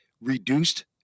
reduced